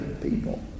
people